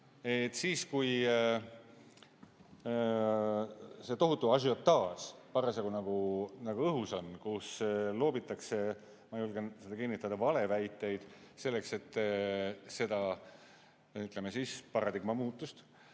siis, kui see tohutu ažiotaaž parasjagu nagu õhus on, kus loobitakse, ma julgen seda kinnitada, valeväiteid, selleks et seda, ütleme siis, paradigma muutust